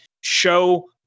show